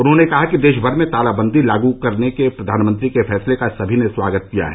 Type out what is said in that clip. उन्होंने कहा कि देश भर में तालाबंदी लागू करने के प्रधानमंत्री के फैसले का सभी ने स्वागत किया है